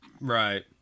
right